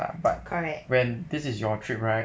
correct